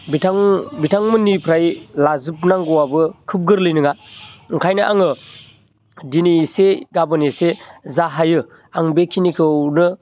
बिथां बिथांमोननिफ्राय लाजोब नांगौआबो खोब गोरलै नङा ओंखायनो आङो दिनै एसे गाबोन एसे जा हायो आं बे खिनिखौनो